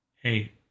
Hey